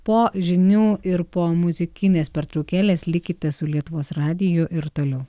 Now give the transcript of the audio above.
po žinių ir po muzikinės pertraukėlės likite su lietuvos radiju ir toliau